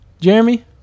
Jeremy